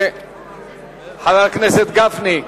חבר הכנסת גפני.